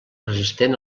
resistent